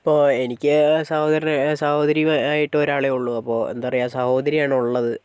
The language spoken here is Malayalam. ഇപ്പോൾ എനിക്ക് സഹോദരനും സഹോദരിയും ആയിട്ട് ഒരാളെ ഉള്ളു അപ്പോൾ എന്താ പറയാ സഹോദരിയാണ് ഉള്ളത്